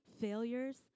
failures